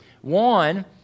One